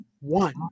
one